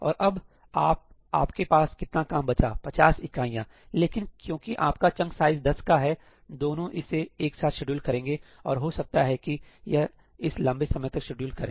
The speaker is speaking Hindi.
और अब आप आपके पास कितना काम बचा है 50 इकाइयां लेकिन क्योंकि आप का चंक साइज 10 का है दोनों इसे एक साथ शेड्यूल करेंगे और हो सकता है कि यह इसे लंबे समय तक शेड्यूल करें